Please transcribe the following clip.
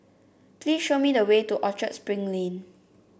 please show me the way to Orchard Spring Lane